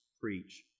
preach